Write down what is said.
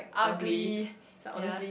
ugly ya